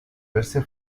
verse